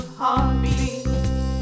heartbeats